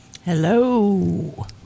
hello